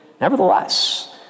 Nevertheless